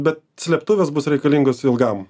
bet slėptuvės bus reikalingos ilgam